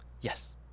yes